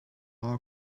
all